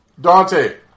Dante